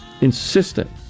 insistent